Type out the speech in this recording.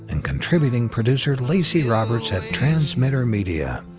and contributing producer lacy roberts at transmitter media.